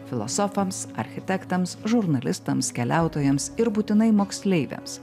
filosofams architektams žurnalistams keliautojams ir būtinai moksleiviams